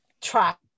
trap